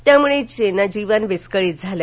यामुळे जनजीवन विस्कळीत झालं